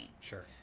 sure